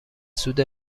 سود